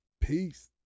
peace